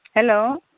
hello